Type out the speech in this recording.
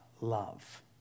love